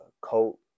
coat